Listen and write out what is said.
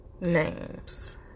names